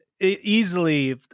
easily